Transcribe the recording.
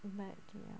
but ya